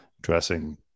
dressing